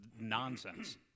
nonsense